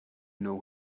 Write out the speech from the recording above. know